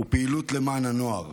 ופעילות למען הנוער